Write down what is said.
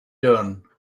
done